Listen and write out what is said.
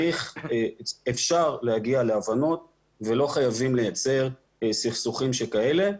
אפשר להגיע להבנות ולא חייבים לייצר סכסוכים כאלה.